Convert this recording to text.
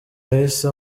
yahise